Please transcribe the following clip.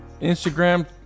Instagram